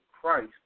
Christ